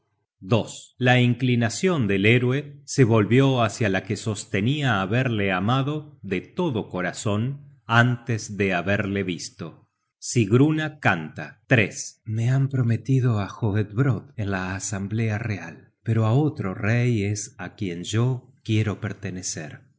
abrazarle la inclinacion del héroe se volvió hacia la que sostenia haberle amado de todo corazon antes de haberle visto sigruna canta me han prometido á hoedbrodd en la asamblea real pero á otro rey es á quien yo quiero pertenecer